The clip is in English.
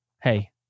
hey